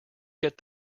get